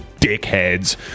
dickheads